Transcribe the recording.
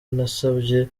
nasabye